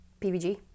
PVG